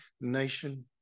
nation